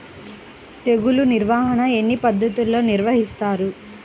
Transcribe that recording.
తెగులు నిర్వాహణ ఎన్ని పద్ధతుల్లో నిర్వహిస్తారు?